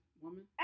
woman